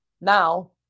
now